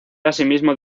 asimismo